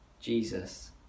Jesus